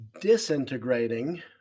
disintegrating